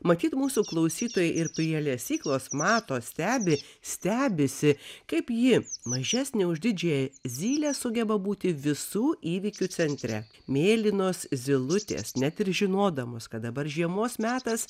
matyt mūsų klausytojai ir prie lesyklos mato stebi stebisi kaip ji mažesnė už didžiąją zylę sugeba būti visų įvykių centre mėlynos zylutės net ir žinodamos kad dabar žiemos metas